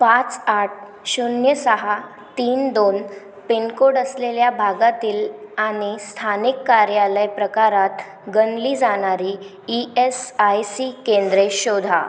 पाच आठ शून्य सहा तीन दोन पिनकोड असलेल्या भागातील आणि स्थानिक कार्यालय प्रकारात गणली जाणारी ई एस आय सी केंद्रे शोधा